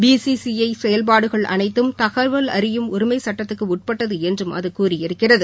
B C C I செயல்பாடுகள் அனைத்தும் தகவல் அறியும் உரிமைச் சட்டத்துக்கு உட்பட்டது என்றும் அது கூறியிருகிறது